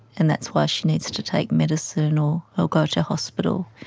and that's why she needs to take medicine or or go to hospital.